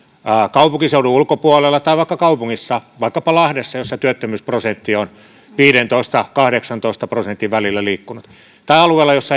kaupunkiseudun ulkopuolella tai vaikka kaupungissa vaikkapa lahdessa jossa työttömyysprosentti on viidentoista ja kahdeksantoista välillä liikkunut tai alueella jossa